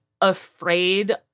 afraid